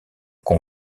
qu’on